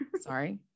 sorry